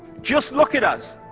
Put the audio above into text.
just look at us.